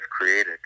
created